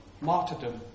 martyrdom